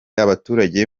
abaturage